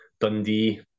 Dundee